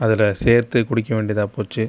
அதில் சேர்த்து குடிக்க வேண்டியதாக போச்சு